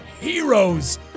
heroes